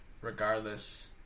regardless